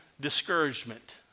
discouragement